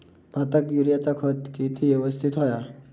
भाताक युरियाचा खत किती यवस्तित हव्या?